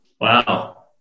Wow